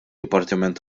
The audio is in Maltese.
dipartiment